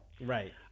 Right